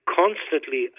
constantly